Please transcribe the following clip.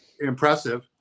Impressive